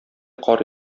кар